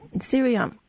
Syria